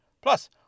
Plus